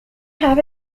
have